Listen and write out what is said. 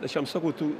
aš jam sakau tu